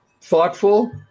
thoughtful